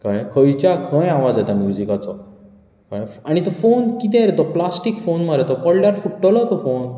कळ्ळें खंयच्या खंय आवाज येता म्युजिकाचो कळ्ळें आनी तो फोन कितें तो प्लास्टीक फोन मरे तो पडल्यार फुट्टलो तो फोन